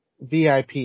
VIP